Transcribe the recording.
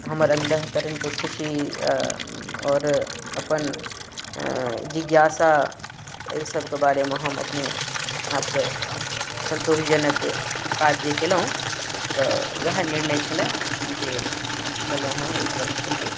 हमर अन्तःकरणके खुशी आओर अपन जिज्ञासा एहि सभके बारेमे हम अपने आपकेँ संतोषजनक काज जे कयलहुँ तऽ ओएह निर्णय छलै जे लेलहुँ हँ एक वर्ष पहिले